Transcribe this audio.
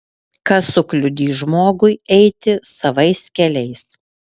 kas sukliudys žmogui eiti savais keliais